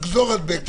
גזור-הדבק,